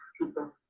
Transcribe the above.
people